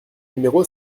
numéro